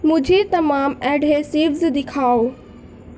مجھے تمام ایڈھیسوز دکھاؤ